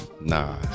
Nah